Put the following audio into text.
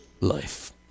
life